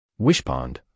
Wishpond